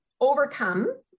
overcome